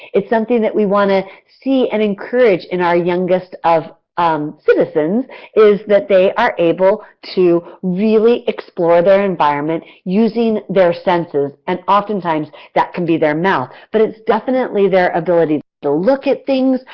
it's something that we want to see and encourage and our youngest of um citizens is that they are able to really explore their environment, using their senses, and oftentimes, that can be their mouth, but just definitely their ability to look at things,